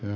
älä